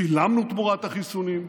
שילמנו תמורת החיסונים,